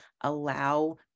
allow